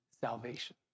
salvation